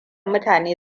mutane